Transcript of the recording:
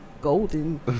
Golden